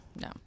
No